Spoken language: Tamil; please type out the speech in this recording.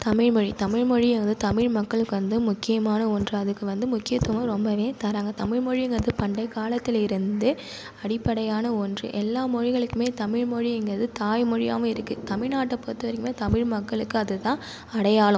தமிழ் மொழி தமிழ் மொழி அது தமிழ் மக்களுக்கு வந்து முக்கியமான ஒன்று அதுக்கு வந்து முக்கியத்துவம் ரொம்பவே தராங்க தமிழ் மொழிங்கிறது பண்டைய காலத்தில் இருந்து அடிப்படையான ஒன்று எல்லா மொழிகளுக்கும் தமிழ் மொழிங்கிறது தாய் மொழியாகவும் இருக்கு தமிழ்நாட்டை பொருத்தவரைக்கும் தமிழ் மக்களுக்கு அதுதான் அடையாளம்